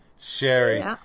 Sherry